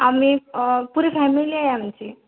आम्ही पुरी फॅमिली आहे आमची